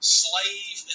slave